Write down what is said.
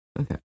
Okay